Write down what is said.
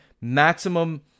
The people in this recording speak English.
Maximum